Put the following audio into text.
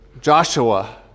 Joshua